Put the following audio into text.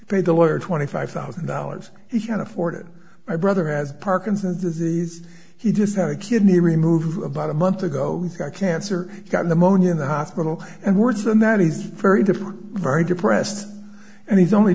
lawyer twenty five thousand dollars he can't afford it my brother has parkinson's disease he just had a kidney removed about a month ago he got cancer got pneumonia in the hospital and worse and that is very different very depressed and he's only